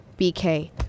BK